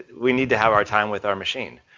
we need to have our time with our machine.